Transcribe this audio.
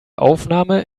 aufnahme